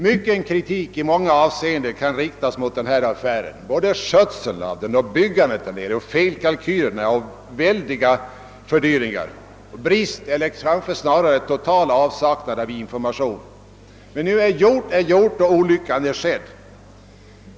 Mycken kritik i många avseenden kan riktas mot denna affär — mot skötsel, felkalkyler, fördyringar och mot bristen på eller kanske snarare den totala avsaknaden av information. Men gjort är nu gjort, olyckan är skedd.